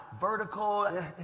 vertical